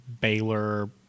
Baylor